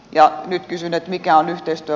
ja nyt kysyneet mikä on yhteistä